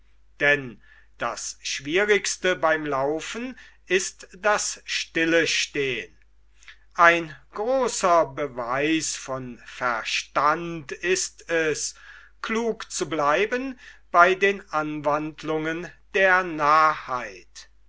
denn das schwierigste beim laufen ist das stillestehn ein großer beweis von verstand ist es klug zu bleiben bei den anwandlungen der narrheit